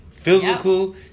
physical